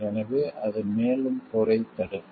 எனவே அது மேலும் போரைத் தடுக்கும்